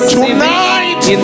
tonight